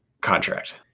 contract